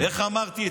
איך אמרתי?